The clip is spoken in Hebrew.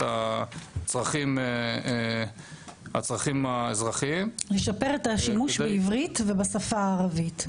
הצרכים האזרחיים --- לשפר את השימוש בעברית ובשפה הערבית.